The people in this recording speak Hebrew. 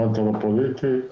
המצב הפוליטי,